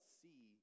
see